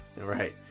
right